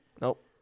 Nope